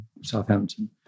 Southampton